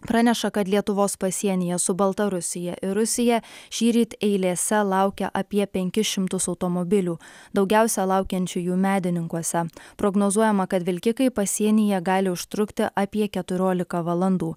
praneša kad lietuvos pasienyje su baltarusija ir rusija šįryt eilėse laukia apie penkis šimtus automobilių daugiausia laukiančiųjų medininkuose prognozuojama kad vilkikai pasienyje gali užtrukti apie keturiolika valandų